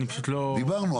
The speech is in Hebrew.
אני פשוט לא --- דיברנו.